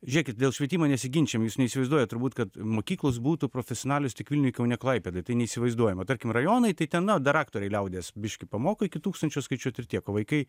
žiūrėkit dėl švietimo nesiginčijam jūs neįsivaizduojat turbūt kad mokyklos būtų profesionalios tik vilniuj kaune klaipėdoj tai neįsivaizduojama tarkim rajonai tai ten na daraktoriai liaudies biškį pamoko iki tūkstančio skaičiuot ir tiek o vaikai